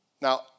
Now